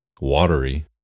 watery